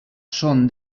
són